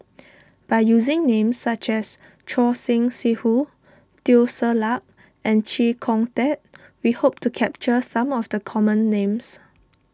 by using names such as Choor Singh Sidhu Teo Ser Luck and Chee Kong Tet we hope to capture some of the common names